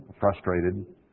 frustrated